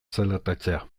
zelatatzea